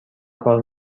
کار